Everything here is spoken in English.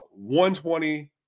120